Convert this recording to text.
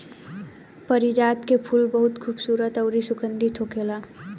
पारिजात के फूल बहुत खुबसूरत अउरी सुगंधित होखेला